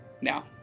now